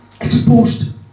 exposed